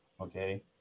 okay